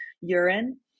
urine